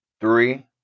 Three